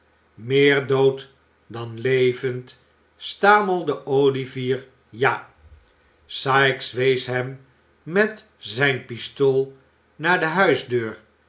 meer dood dan levend stamelde olivier ja sikes wees hem met zijn pistool naar de